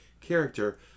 character